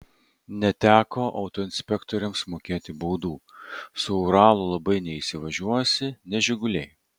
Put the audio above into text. neteko autoinspektoriams mokėti baudų su uralu labai neįsivažiuosi ne žiguliai